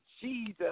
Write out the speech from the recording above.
Jesus